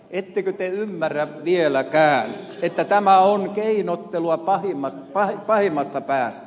ettekö te ymmärrä vieläkään että tämä on keinottelua pahimmasta päästä